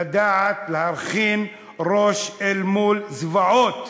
לדעת להרכין ראש אל מול זוועות,